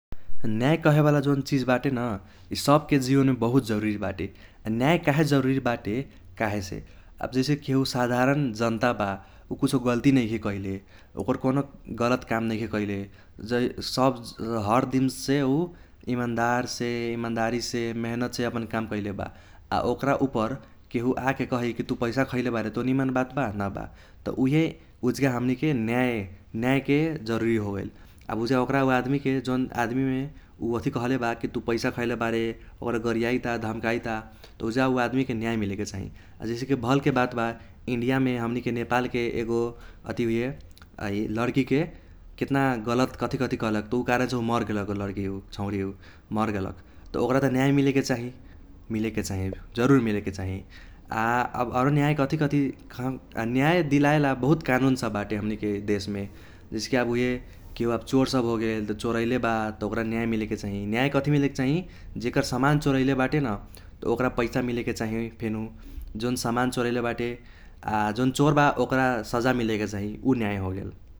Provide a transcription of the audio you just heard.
न्याय कहेबाला जौन चिज बाटे न इ सबके जीवनमे बहुत जरूरी बाटे । आ न्याय काहे जरूरी बाटे काहेसे आब जैसे केहु साधारण जनता बा उ कुछो गल्ती नैखे कैले ओकर कौनो गलत काम नैखे कैले हरदिनसे उ इमानदारसे इमानदारीसे मिहीनेतसे अपन काम कैले बा। आ ओकरा उपर केहु आके कही कि तु पैसा खैले बारे त उ निमन बात बा ना बा । त उइहे उजगा हमनीके न्याय न्यायके जरूरी होगेल आब उजगा ओकरा उ आदमीके जौन आदमीमे वथी कहले बा कि तु पैसा खैले बारे ओकरा गरियाइता धमकाइता त उजगा उ आदमीके न्याय मिलेके चाही । जैसे कि भलके बात बा इंडियामे हमनीके नेपालके एगो है लड़कीके केतना गलत कथी कथी कहलक त उ कारणसे मरगेलक लड़की उ छौरी उ मरगेलक त ओकरा त न्याय मिलेके चाही मिलेके चाही जरूर मिलेके चाही। आ अब आरो न्याय कथी कथी न्याय दिलाएला बहुत कानून सब बाटे हमनीके देशमे जैसे कि आब उइहे केहु आब चोर सब होगेल त चोरैले बा त ओकरा न्याय मिलेके चाही न्याय कथी मिलेके चाही जेकर समान चोरैले बाटे न त ओकरा पैसा मिलेके चाही फेनु जौन समान चोरैले बाटे। आ जौन चोर बा ओकरा सजा मिलेके चाही उ न्याय होगेल।